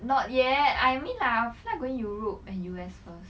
not yet I mean I'll fly going europe and U_S first